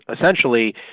essentially